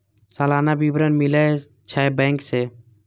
सलाना विवरण मिलै छै बैंक से?